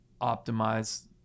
optimize